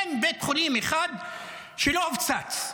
אין בית חולים אחד שלא הופצץ,